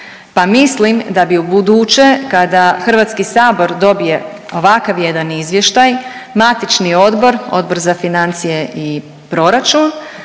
mislim da bi ubuduće kada HS dobije ovakav jedan izvještaj, matični odbor Odbor za financije i proračun